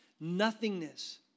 nothingness